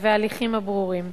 וההליכים הברורים.